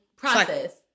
Process